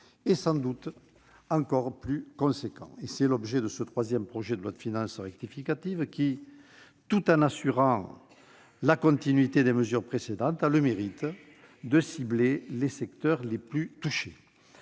soutenu et encore plus important. C'est l'objet de ce troisième projet de loi de finances rectificative, qui, tout en assurant la continuité des mesures précédentes, a le mérite de cibler les secteurs les plus touchés.